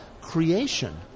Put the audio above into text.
creation